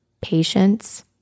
patience